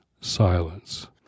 silence